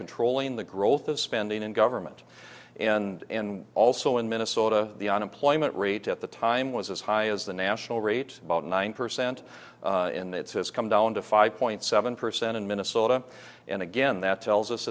controlling the growth of spending in government and also in minnesota the unemployment rate at the time was as high as the national rate about nine percent and it's has come down to five point seven percent in minnesota and again that tells us